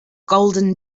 golden